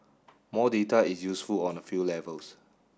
more data is useful on a few levels